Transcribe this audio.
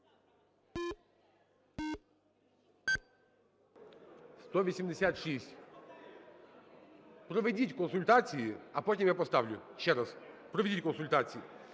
186. Проведіть консультації, а потім я поставлю ще раз. Проведіть консультації.